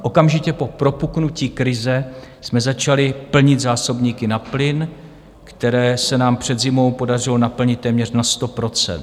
Okamžitě po propuknutí krize jsme začali plnit zásobníky na plyn, které se nám před zimou podařilo naplnit téměř na 100 %.